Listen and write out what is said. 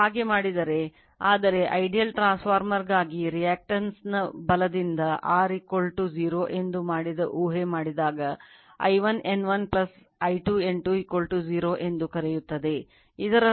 ಹಾಗೆ ಮಾಡಿದರೆ ಆದರೆ ideal transformer ನ ಬಲದಿಂದ R 0 ಎಂದು ಮಾಡಿದ ಊಹೆ ಮಾಡಿದಾಗ I1 N1 I2 N2 0 ಎಂದು ಕರೆಯುತ್ತದೆ ಇದರರ್ಥ